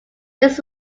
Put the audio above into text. this